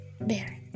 bear